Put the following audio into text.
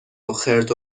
خرت